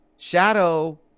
Shadow